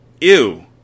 Ew